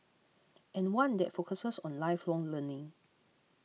and one that focuses on lifelong learning